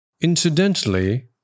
Incidentally